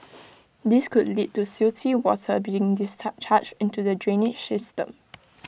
this could lead to silty water being charged into the drainage system